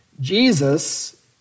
Jesus